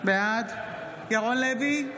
בעד ירון לוי,